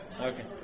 Okay